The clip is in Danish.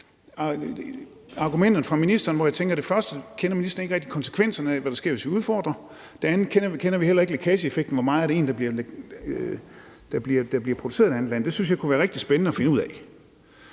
argumenterne fra ministeren tænker jeg, at for det første kender ministeren ikke rigtig konsekvenserne af, hvad der sker, hvis vi udfordrer det, og for det andet kender vi heller ikke lækageeffekten: Hvor meget er det egentlig, der bliver produceret i et andet land? Det synes jeg kunne være rigtig spændende at finde ud af.